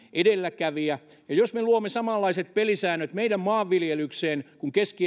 edelläkävijä ja jos me luomme samanlaiset pelisäännöt meidän maanviljelykseen kuin on keski